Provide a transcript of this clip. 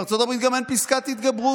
בארצות הברית גם אין פסקת התגברות.